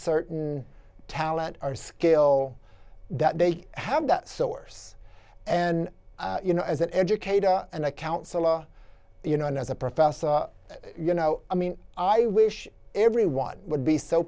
certain talent or skill that they have that source and you know as an educator and a counselor you know as a professor you know i mean i wish everyone would be so